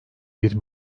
bir